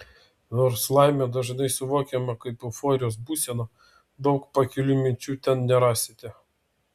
nors laimė dažnai suvokiama kaip euforijos būsena daug pakilių minčių ten nerasite